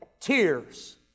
tears